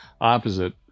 opposite